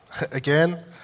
Again